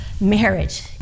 marriage